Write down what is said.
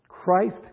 Christ